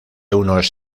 unos